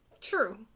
True